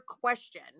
question